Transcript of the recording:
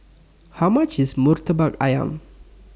How much IS Murtabak Ayam